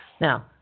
Now